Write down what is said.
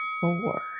four